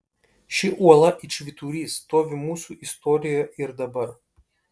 ši uola it švyturys stovi mūsų istorijoje ir dabar